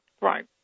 Right